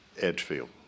Edgefield